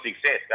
success